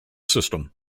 system